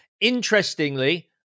interestingly